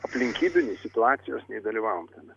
aplinkybių nei situacijos nei dalyvavom ten